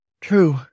True